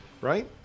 right